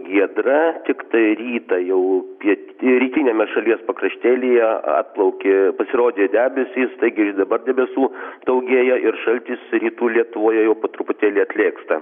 giedra tiktai rytą jau piet rytiniame šalies pakraštėlyje atplaukė pasirodė debesys taigi dabar debesų daugėja ir šaltis rytų lietuvoje jau po truputėlį atlėgsta